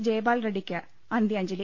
ജയ് പാൽ റെഡ്ഡിയ് ക് അന്ത്യാഞ്ജലി